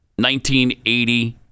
1980